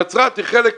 נצרת היא חלק מזה.